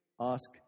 ask